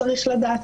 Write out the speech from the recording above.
צריך לדעת?